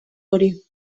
hori